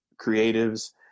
creatives